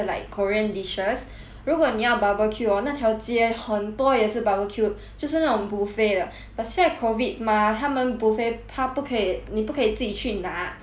如果你要 barbecue orh 那条街很多也是 barbecue 就是那种 buffet 的 but 现在 COVID mah 他们 buffet 他不可以你不可以自己去拿 but then 你可以跟那个